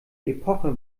epoche